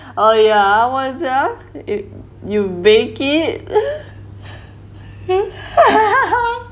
uh yeah you bake it